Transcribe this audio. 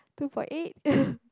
two point eight